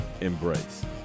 embrace